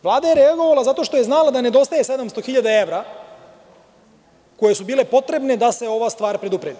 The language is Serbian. Vlada je reagovala zato što je znala da nedostaje 700 hiljada evra koje su bile potrebne da se ova stvar predupredi.